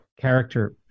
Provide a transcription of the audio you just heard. character